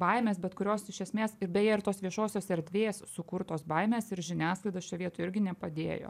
baimės bet kurios iš esmės ir beje ir tos viešosios erdvės sukurtos baimės ir žiniasklaidos čia vietoj irgi nepadėjo